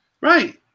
right